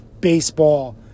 baseball